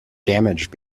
damaged